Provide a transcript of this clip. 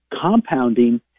Compounding